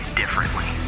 differently